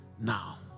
Now